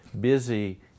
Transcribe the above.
busy